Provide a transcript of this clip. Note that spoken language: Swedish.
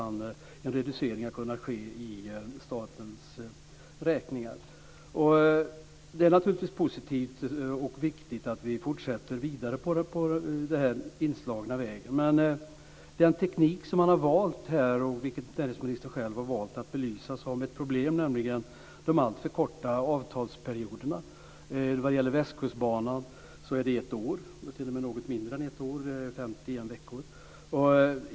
En reducering har kunnat ske i statens räkningar. Det är naturligtvis positivt och viktigt att vi fortsätter vidare på den inslagna vägen. Näringsministern väljer själv att belysa den valda tekniken med de alltför korta avtalsperioderna som ett problem. Avtalsperioden för Västkustbanan är ett år, eller t.o.m. något mindre än ett år, nämligen 51 veckor.